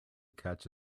catch